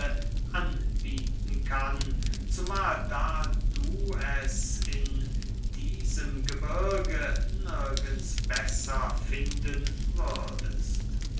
anbieten kann zumahl da du es in diesem gebirge nirgends besser finden würdest